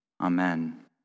Amen